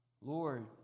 Lord